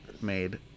made